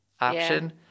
option